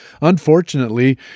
Unfortunately